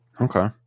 okay